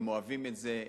הם אוהבים את זה.